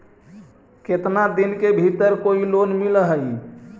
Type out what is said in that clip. केतना दिन के भीतर कोइ लोन मिल हइ?